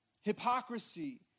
hypocrisy